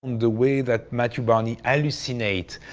the way that matthew barney hallucinate,